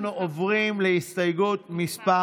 אנחנו עוברים להסתייגות מס'